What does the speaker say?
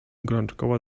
gorączkowo